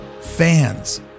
fans